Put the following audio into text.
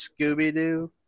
Scooby-Doo